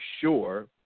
sure